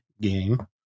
game